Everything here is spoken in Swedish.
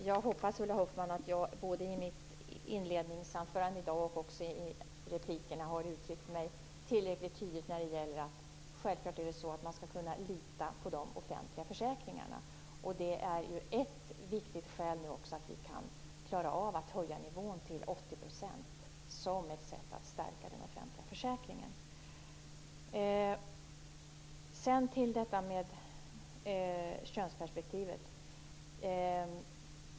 Herr talman! Jag hoppas att jag både i mitt inledningsanförande och i replikerna har uttryckt mig tillräckligt tydligt. Självklart skall man kunna lita på de offentliga försäkringarna. Det är ett viktigt skäl till att vi kan höja nivån till 80 % som ett sätt att stärka den offentliga försäkringen. Sedan till könsperspektivet.